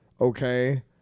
okay